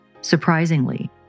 Surprisingly